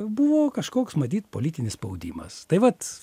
buvo kažkoks matyt politinis spaudimas tai vat